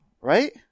right